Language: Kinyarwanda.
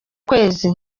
kwezi